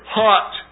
hot